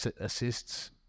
assists